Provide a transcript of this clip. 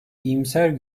iyimser